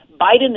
Biden